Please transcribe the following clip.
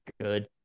good